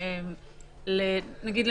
נגיד,